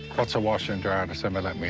what's a washer and dryer for someone like me